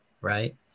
right